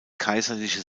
kaiserliche